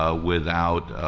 ah without